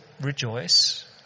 rejoice